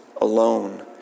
alone